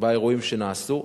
באירועים שנעשו.